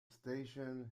station